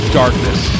darkness